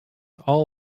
all